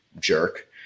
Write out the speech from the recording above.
jerk